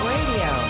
Radio